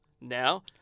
now